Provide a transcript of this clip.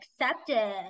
accepted